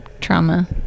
trauma